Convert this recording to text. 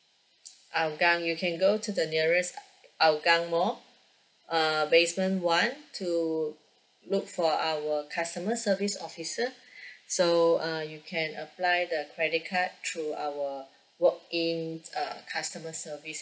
hougang you can go to the nearest hougang mall uh basement one to look for our customer service officer so uh you can apply the credit card through our walk in uh customer service